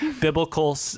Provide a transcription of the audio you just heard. Biblical